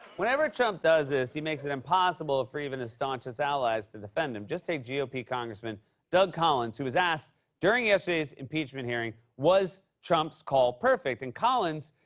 whenever trump does this, he makes it impossible for even his staunchest allies to defend him. just take yeah ah gop congressman doug collins, who was asked during yesterday's impeachment hearing was trump's call perfect? and collins,